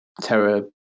terror